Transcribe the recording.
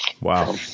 wow